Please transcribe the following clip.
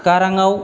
गाराङाव